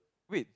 wait